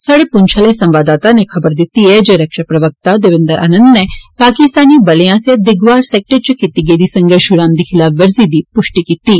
स्हाड़े पुंछ आले संवाददाता नै खबर दित्ती ऐ जे रक्षा प्रवक्ता देवेंद्र आनन्द नै पाकिस्तानी बलें आस्सेआ देगवार सेक्टर इच कीती गेदी संघर्ष विराम दी खलाफवर्जी दी पुष्टि कीती ऐ